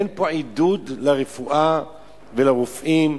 אין פה עידוד לרפואה ולרופאים,